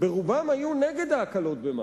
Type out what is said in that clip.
ברובם היו נגד ההקלות במס,